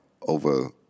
over